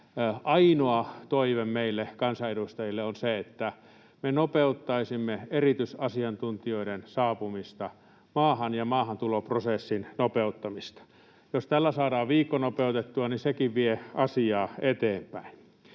ainoa toive meille kansanedustajille on se, että me nopeuttaisimme erityisasiantuntijoiden saapumista maahan ja maahantuloprosessin nopeuttamista. Jos tällä saadaan viikko nopeutettua, niin sekin vie asiaa eteenpäin.